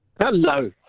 Hello